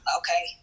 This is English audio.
okay